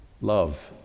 love